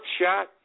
shot